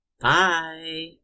bye